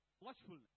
watchfulness